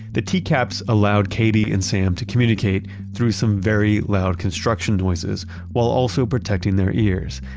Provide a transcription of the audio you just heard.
the tcaps allowed katie and sam to communicate through some very loud construction noises while also protecting their ears,